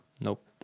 nope